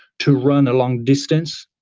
to run a long distance,